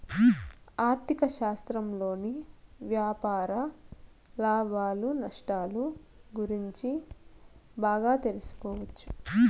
ఆర్ధిక శాస్త్రంలోని వ్యాపార లాభాలు నష్టాలు గురించి బాగా తెలుసుకోవచ్చు